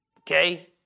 okay